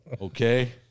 Okay